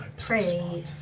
Pray